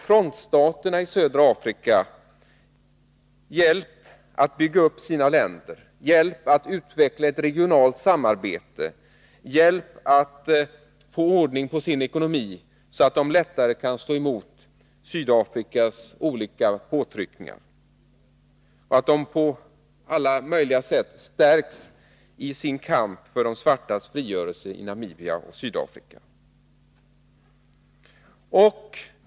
frontstaterna i södra Afrika hjälp att bygga upp sina länder, hjälp att utveckla ett regionalt samarbete och hjälp att få ordning på sin ekonomi, så att de lättare kan stå emot Sydafrikas olika påtryckningar och så att de på alla möjliga sätt stärks i sin kamp för de svartas frigörelse i Namibia och Sydafrika.